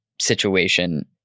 situation